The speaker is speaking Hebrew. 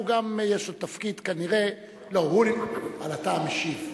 גם יש לו תפקיד כנראה, לא, אבל אתה המשיב.